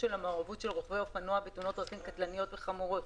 המעורבות של רוכבי אופנוע בתאונות דרכים קטלניות וחמורות